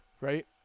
right